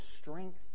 strength